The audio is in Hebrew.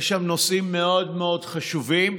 יש שם נושאים מאוד מאוד חשובים,